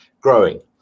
growing